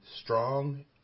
strong